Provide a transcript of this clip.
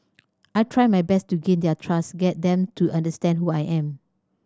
I'll try my best to gain their trust get them to understand who I am